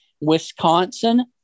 Wisconsin